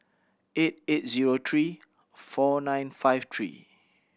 eight eight zero three four nine five three